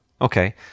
Okay